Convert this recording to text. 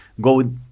go